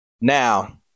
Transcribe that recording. Now